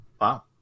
Wow